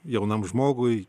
jaunam žmogui